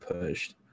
pushed